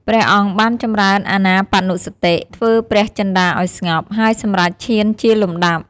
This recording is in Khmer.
ព្រះអង្គបានចំរើនអានាបានុស្សតិ ធ្វើព្រះចិន្តាឲ្យស្ងប់ ហើយសម្រេចឈានជាលំដាប់។